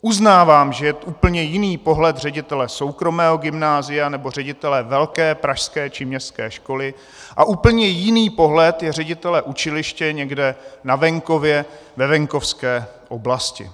Uznávám, že je úplně jiný pohled ředitele soukromého gymnázia nebo ředitele velké pražské či městské školy a úplně jiný pohled je ředitele učiliště někde na venkově, ve venkovské oblasti.